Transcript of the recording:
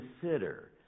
consider